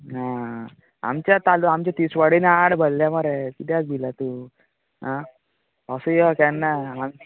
आ आमच्या तालू आमच्या तिसवाडीन आड भरल्यांत मरे कित्याक भिला तूं आ असो यो केन्नाय हा